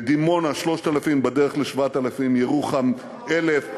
דימונה, 3,000, בדרך ל-7,000, ירוחם, 1,000,